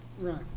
Right